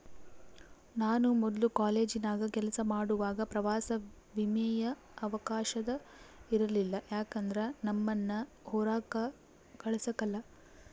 ನಾನು ಮೊದ್ಲು ಕಾಲೇಜಿನಾಗ ಕೆಲಸ ಮಾಡುವಾಗ ಪ್ರವಾಸ ವಿಮೆಯ ಅವಕಾಶವ ಇರಲಿಲ್ಲ ಯಾಕಂದ್ರ ನಮ್ಮುನ್ನ ಹೊರಾಕ ಕಳಸಕಲ್ಲ